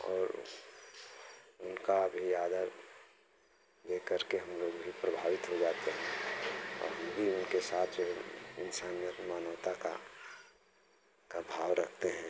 और उनका भी आदर देख करके हम लोग भी प्रभावित हो जाते हैं औ हम भी उनके साथ में इंसानियत मानवता का का भाव रखते हैं